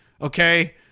okay